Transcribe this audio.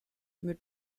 mit